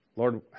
Lord